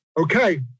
okay